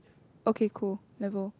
okay cool then go